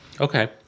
Okay